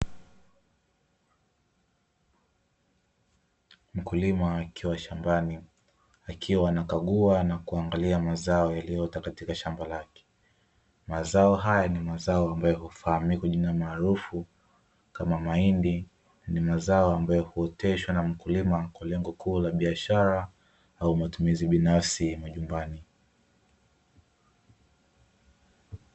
Mkulima akiwa shambani akiwa anakagua na kuangalia mazao yaliyoota katika shamba lake. Mazao haya ni mazao ambayo hufahamika kwa jina maarufu kama mahindi, ni mazao ambayo huoteshwa na mkulima kwa lengo kuu la biasharara au matumizi binafsi ya majumbani.